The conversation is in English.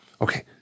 okay